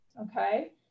Okay